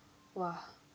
!wah!